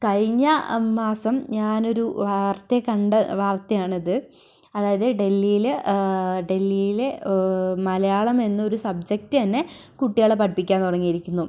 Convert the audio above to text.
കഴിഞ്ഞ മാസം ഞാനൊരു വാർത്ത കണ്ടു വർത്തയാണിത് അതായത് ഡെൽഹിയിൽ ഡെൽഹിയിൽ മലയാളം എന്നൊരു സബ്ജെക്റ്റ് തന്നെ കുട്ടികളെ പഠിപ്പിക്കാൻ തുടങ്ങിയിരിക്കുന്നു